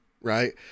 right